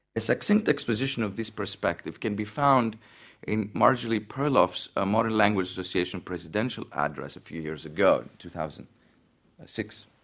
a succinct exposition of this perspective can be found in marjorie perloff's ah modern language association presidential address a few years ago, two thousand and six.